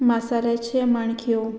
मासाल्याचे माणख्यो